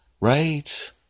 right